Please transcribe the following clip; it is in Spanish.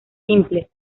simples